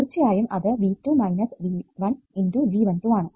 തീർച്ചയായും അത് V2 V1 × G12 ആണ്